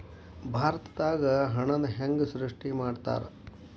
ಭಾರತದಾಗ ಹಣನ ಹೆಂಗ ಸೃಷ್ಟಿ ಮಾಡ್ತಾರಾ